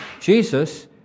Jesus